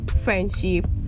friendship